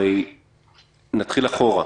הרי נתחיל אחורה,